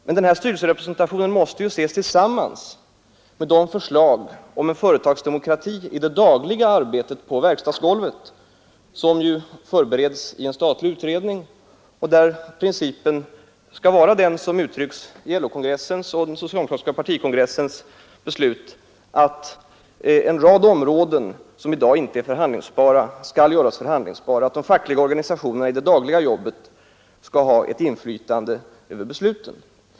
Men denna styrelserepresentation måste ses tillsammans med de förslag om företagsdemokrati i det dagliga arbetet på verkstadsgolvet, som ju förbereds i en statlig utredning och där principen skall vara den som uttrycks i LO-kongressens och den socialdemokratiska partikongressens beslut, att en rad områden som i dag inte är förhandlingsbara skall göras förhandlingsbara — att de fackliga organisationerna i det dagliga jobbet skall ha ett inflytande över besluten.